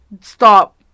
stop